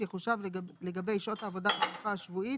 יחושב לגבי שעות העבודה במנוחה השבועית